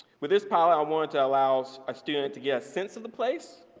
with this pilot i wanted to allow so a student to get a sense of the place,